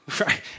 right